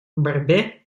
борьбе